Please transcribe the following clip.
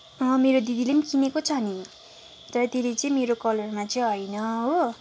मेरो दिदीले पनि किनेको छ नि तर दिदी चाहिँ मेरो कलरमा चाहिँ होइन हो